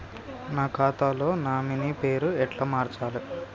నా ఖాతా లో నామినీ పేరు ఎట్ల మార్చాలే?